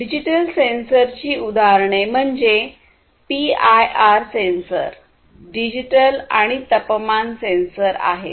digital सेन्सरची उदाहरणे म्हणजे पीआयआर सेन्सर डिजिटल आणि तापमान सेन्सर आहेत